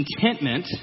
Contentment